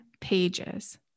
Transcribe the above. pages